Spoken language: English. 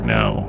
now